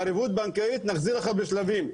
ערבות בנקאית נחזיר לך בשלבים.